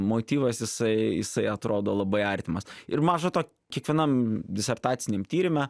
motyvas jisai jisai atrodo labai artimas ir maža to kiekvienam disertacinim tyrime